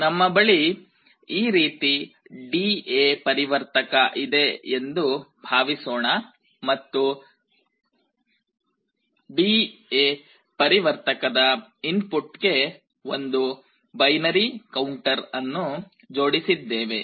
ನಮ್ಮ ಬಳಿ ಈ ರೀತಿ ಡಿಎ ಪರಿವರ್ತಕDA converter ಇದೆ ಎಂದು ಭಾವಿಸೋಣ ಮತ್ತು ಡಿಎ ಪರಿವರ್ತಕದ ಇನ್ಪುಟ್DA converter inputಗೆ ಒಂದು ಬೈನರಿ ಕೌಂಟರ್ ಅನ್ನು ಜೋಡಿಸಿದ್ದೇವೆ